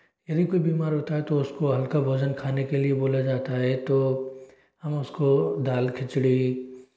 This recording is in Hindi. यदि कोई बीमार होता है तो उसको हल्का भोजन खाने के लिए बोला जाता है तो हम उसको दाल खिचड़ी